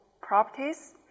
properties